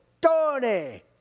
Tony